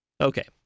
okay